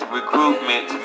recruitment